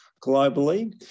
globally